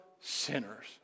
sinners